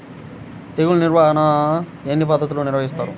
తెగులు నిర్వాహణ ఎన్ని పద్ధతుల్లో నిర్వహిస్తారు?